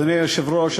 אדוני היושב-ראש,